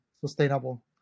sustainable